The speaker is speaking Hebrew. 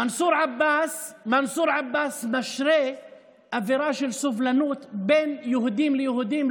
מנסור עבאס משרה אווירה של סובלנות בין יהודים ליהודים,